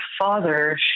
father